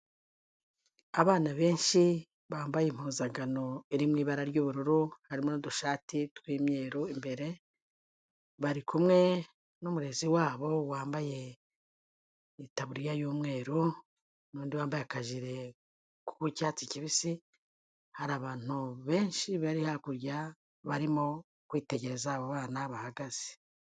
Abana benshi bambaye impuzankano iri mu ibara ry'ubururu harimo n'udushati tw'imyeru imbere, bari kumwe n'umurezi wabo wambaye itaburiya y'umweru n'undi wambaye akajire k'icyatsi kibisi, hari abantu benshi bari hakurya barimo kwitegereza abo bana bahagaze.